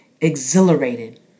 exhilarated